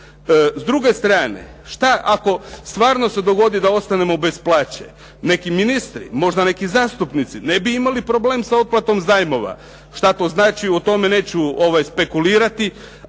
S druge strane. Šta ako stvarno se dogodi da ostanemo bez plaće, neki ministri, možda neki zastupnici ne bi imali problem sa otplatom zajmova. Šta to znači o tome neću spekulirati